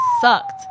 sucked